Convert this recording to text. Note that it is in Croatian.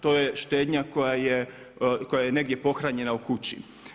To je štednja koja je negdje pohranjena u kući.